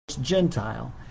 Gentile